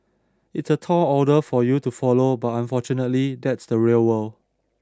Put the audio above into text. it's a tall order for you to follow but unfortunately that's the real world